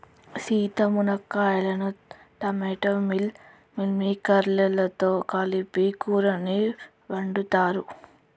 సీత మునక్కాయలను టమోటా మిల్ మిల్లిమేకేర్స్ లతో కలిపి కూరని వండుతారు